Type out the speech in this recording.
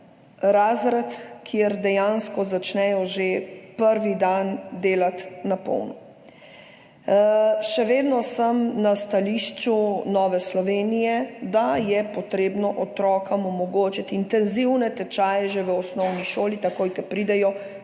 razred, kjer dejansko začnejo že prvi dan delati na polno. Še vedno sem na stališču Nove Slovenije, da je potrebno otrokom omogočiti intenzivne tečaje že v osnovni šoli, takoj ko pridejo,